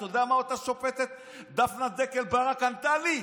אתה יודע מה אותה שופטת, דפנה ברק-ארז, ענתה לי?